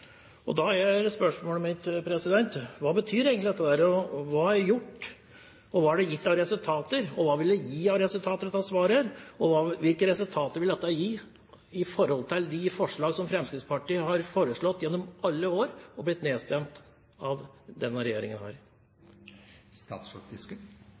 andre.» Da er spørsmålet mitt: Hva betyr egentlig dette? Hva er gjort, og hva har det gitt av resultater? Og hva vil dette svaret gi av resultater, og hvilke resultater vil det gi i forhold til de forslag som Fremskrittspartiet har foreslått gjennom alle år, som er blitt nedstemt under denne regjeringen?